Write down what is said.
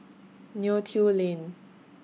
Neo Tiew Lane